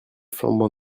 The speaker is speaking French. flambant